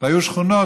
והיו שכונות,